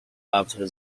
after